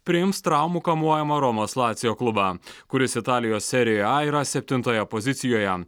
priims traumų kamuojamą romos lacijo klubą kuris italijos serijoje a yra septintoje pozicijoje